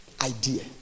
idea